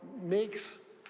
makes